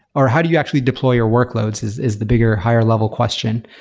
or how do you actually deploy your workloads is is the bigger higher-level question.